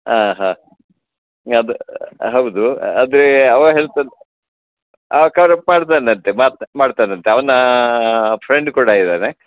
ಆಂ ಹಾಂ ಅದು ಹೌದು ಆದರೆ ಅವ ಹೇಳ್ತಾನೆ ಆಂ ಮಾಡ್ತಾನಂತೆ ಮಾಡ್ತಾ ಮಾಡ್ತಾನಂತೆ ಅವ್ನ ಫ್ರೆಂಡ್ ಕೂಡ ಇದ್ದಾನೆ